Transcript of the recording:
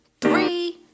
three